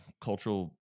cultural